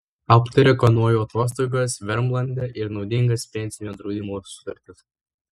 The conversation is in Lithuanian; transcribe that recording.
aptarė kanojų atostogas vermlande ir naudingas pensinio draudimo sutartis